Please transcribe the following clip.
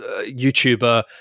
YouTuber